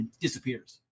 disappears